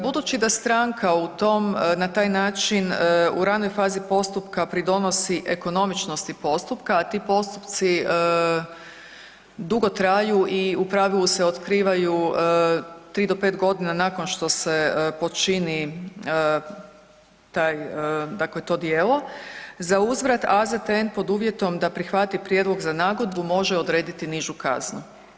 Budući da stranka u tom na taj način u ranoj fazi postupka pridonosi ekonomičnosti postupka, a ti postupci dugo traju i u pravili se otkrivaju 3 do 5 godina nakon što se počini taj dakle to djelo za uzvrat AZTN pod uvjetom da prihvati prijedlog za nagodbu može odrediti nižu kaznu.